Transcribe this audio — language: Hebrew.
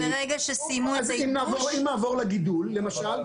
אם נעבור לגידול למשל,